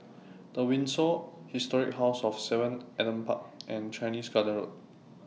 The Windsor Historic House of seven Adam Park and Chinese Garden Road